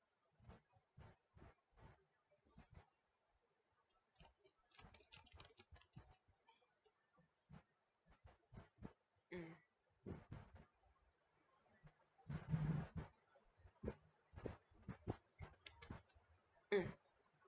mm mm